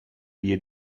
vie